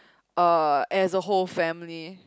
uh as a whole family